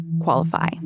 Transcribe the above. qualify